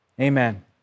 amen